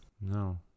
No